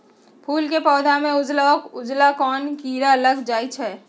फूल के पौधा में उजला उजला कोन किरा लग जई छइ?